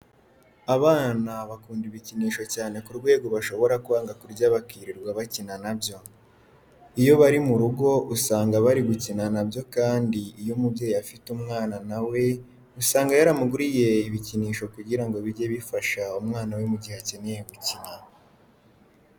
Abana bakunda ibikinisho cyane ku rwego bashobora kwanga kurya bakirirwa bakina na byo. Iyo bari mu rugo usanga bari gukina na byo kandi iyo umubyeyi afite umwana na we usanga yaramuguriye ibikinisho kugira ngo bijye bifasha umwana we mu gihe akeneye gukina.